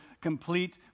complete